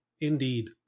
Indeed